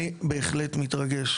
אני בהחלט מתרגש,